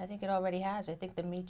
i think it already has i think that me